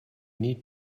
need